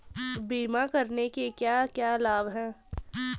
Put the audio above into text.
बीमा करने के क्या क्या लाभ हैं?